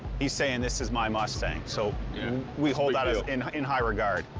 he's saying, this is my mustang, so we hold that in in high regard.